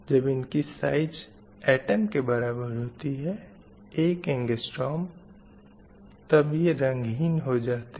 जब इनकी size atom के बराबर होती है 1 angestorm तब ये रंगहीन हो जाते हैं